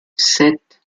sept